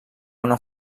una